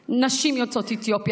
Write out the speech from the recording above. נשים יוצאות אתיופיה,